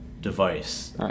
device